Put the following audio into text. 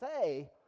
say